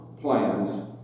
plans